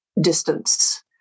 distance